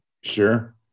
Sure